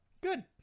Good